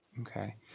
okay